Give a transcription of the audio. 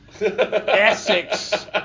Essex